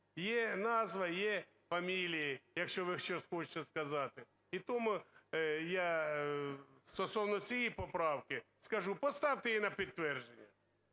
Є назва, є фамілії, якщо ви щось хочете сказати. І тому я стосовно цієї поправки скажу: поставте її на підтвердження.